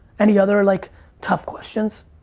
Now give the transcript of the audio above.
any other like tough questions?